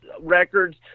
records